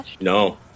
No